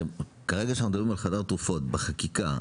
כשמדברים על חדר תרופות בחקיקה,